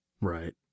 Right